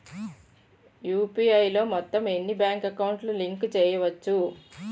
UPI లో మొత్తం ఎన్ని బ్యాంక్ అకౌంట్ లు లింక్ చేయచ్చు?